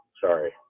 sorry